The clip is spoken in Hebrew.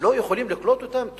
לא יכולים לקלוט אותם?